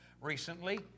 recently